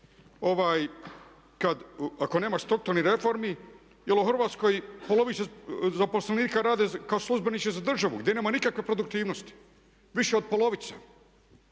ako nema strukturnih reformi jer u Hrvatskoj polovica zaposlenika rade kao službenici za državu gdje nema nikakve produktivnosti, više od polovica.